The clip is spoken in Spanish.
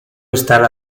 estar